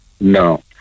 No